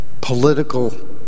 political